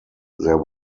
there